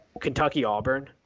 Kentucky-Auburn